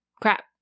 Crap